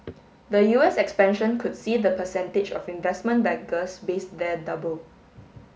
the U S expansion could see the percentage of investment bankers based there double